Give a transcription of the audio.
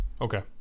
Okay